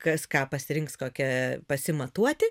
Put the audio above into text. kas ką pasirinks kokią pasimatuoti